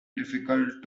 difficult